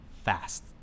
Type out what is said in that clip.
Fast